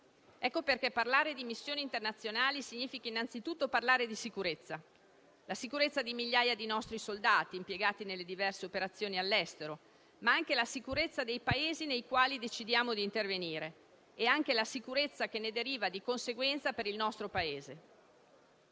Ecco perché parlare di missioni internazionali significa innanzitutto parlare di sicurezza, la sicurezza di migliaia di nostri soldati impiegati nelle diverse operazioni all'estero, ma anche la sicurezza dei Paesi nei quali decidiamo di intervenire e anche la sicurezza che ne deriva di conseguenza per il nostro Paese.